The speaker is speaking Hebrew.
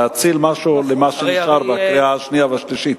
ללא עצמאות פלסטינית, תודה.